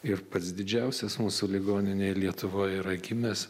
ir pats didžiausias mūsų ligoninėj lietuvoj yra gimęs